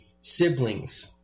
siblings